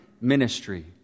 ministry